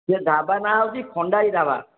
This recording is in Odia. ସେ ଢ଼ାବା ନାଁ ହେଉଛି ଖଣ୍ଡାଇ ଢ଼ାବା